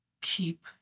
keep